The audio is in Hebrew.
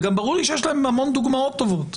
וגם ברור לי שיש להם המון דוגמאות טובות.